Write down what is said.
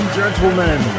gentlemen